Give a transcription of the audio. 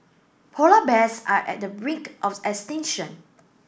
polar bears are at the brink of extinction